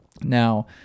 Now